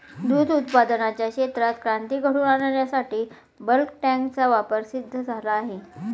दूध उत्पादनाच्या क्षेत्रात क्रांती घडवून आणण्यासाठी बल्क टँकचा वापर सिद्ध झाला आहे